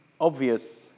obvious